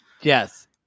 Yes